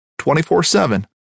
24-7